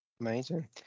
Amazing